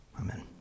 amen